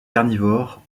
carnivore